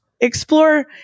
explore